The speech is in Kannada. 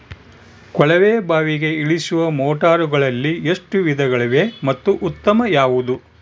ಕೊಳವೆ ಬಾವಿಗೆ ಇಳಿಸುವ ಮೋಟಾರುಗಳಲ್ಲಿ ಎಷ್ಟು ವಿಧಗಳಿವೆ ಮತ್ತು ಉತ್ತಮ ಯಾವುದು?